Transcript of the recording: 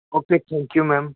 okay thank you ma'am